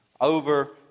over